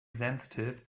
sensitive